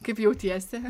kaip jautiesi